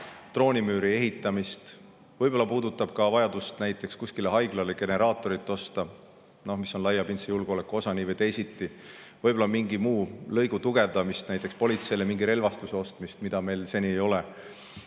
droonimüüri ehitamist, võib-olla ka vajadust näiteks kuskil haiglale generaator osta, mis on laiapindse julgeoleku osa nii või teisiti, võib-olla ka mingi muu lõigu tugevdamist, näiteks politseile mingi relvastuse ostmist, mida meil seni ei ole,